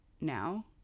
now